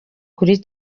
kuri